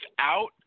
out